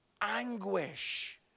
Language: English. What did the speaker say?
Anguish